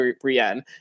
Brienne